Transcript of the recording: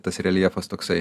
tas reljefas toksai